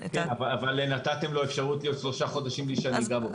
אבל נתתם לו אפשרות להיות שלושה חודשים ללא רישיון.